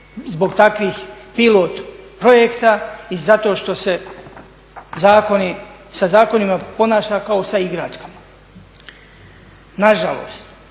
zbog takvih pilot projekta i zato što se zakoni, sa zakonima ponaša kao sa igračkama. Na žalost,